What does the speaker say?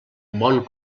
bon